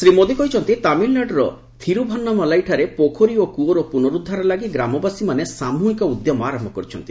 ଶ୍ରୀ ମୋଦୀ କହିଛନ୍ତି ତାମିଲନାଡୁର ଥିରୁଭାନ୍ନାମାଲାଇଠାରେ ପୋଖରୀ ଏବଂ କୃଅର ପୁନରୁଦ୍ଧାର ଲାଗି ଗ୍ରାମବାସୀମାନେ ସାମୃହିକ ଉଦ୍ୟମ ଆରମ୍ଭ କରିଛନ୍ତି